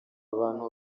bantu